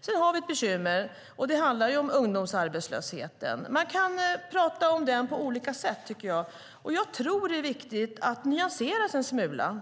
Sedan har vi ett bekymmer, och det handlar om ungdomsarbetslösheten. Man kan prata om den på olika sätt, tycker jag, och jag tror att det är viktigt att detta nyanseras en smula.